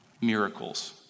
miracles